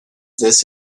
this